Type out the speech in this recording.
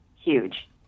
huge